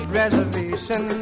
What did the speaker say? reservation